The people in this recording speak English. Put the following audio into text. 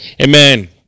Amen